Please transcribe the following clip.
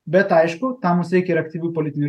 bet aišku tam mums reikia ir aktyvių politinių